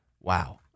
Wow